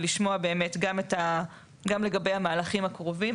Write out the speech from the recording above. ולשמוע באמת גם לגבי המהלכים הקרובים,